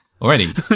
already